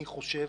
אני חושב